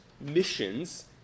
missions